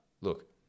look